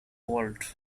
world